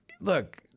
look